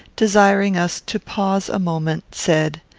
desiring us to pause a moment, said,